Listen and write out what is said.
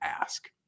ask